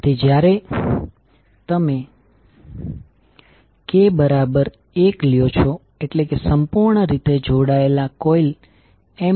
તેથી જ્યારે તમે k બરાબર 1 લ્યો એટલે કે સંપૂર્ણ રીતે જોડાયેલા કોઇલ ML1L2